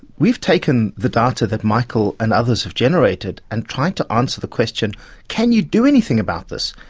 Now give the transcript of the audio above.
we've taken the data that michael and others have generated and tried to answer the question can you do anything about this?